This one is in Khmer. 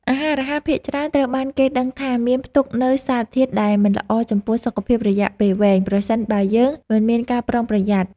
អាហាររហ័សភាគច្រើនត្រូវបានគេដឹងថាមានផ្ទុកនូវសារធាតុដែលមិនល្អចំពោះសុខភាពរយៈពេលវែងប្រសិនបើយើងមិនមានការប្រុងប្រយ័ត្ន។